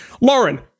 Lauren